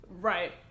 right